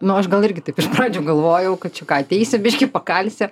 nu aš gal irgi taip iš pradžių galvojau kad čia ką ateisi biškį pakalsi